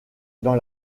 dans